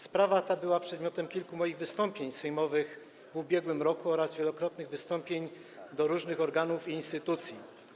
Sprawa ta była przedmiotem kilku moich wystąpień sejmowych w ubiegłym roku oraz wielokrotnych wystąpień do różnych organów i instytucji.